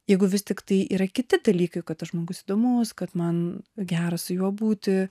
jeigu vis tiktai yra kiti dalykai kad tas žmogus įdomus kad man gera su juo būti